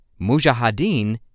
Mujahideen